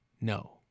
No